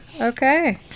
okay